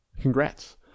Congrats